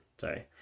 Sorry